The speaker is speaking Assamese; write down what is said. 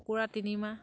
কুকুৰা তিনিমাহ